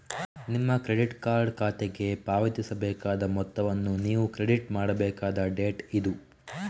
ನಿಮ್ಮ credit card ಖಾತೆಗೆ ಪಾವತಿಸಬೇಕಾದ ಮೊತ್ತವನ್ನು ನೀವು ಕ್ರೆಡಿಟ್ ಮಾಡಬೇಕಾದ ಡೇಟ್ ಇದು